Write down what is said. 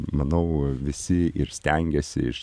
manau visi ir stengiasi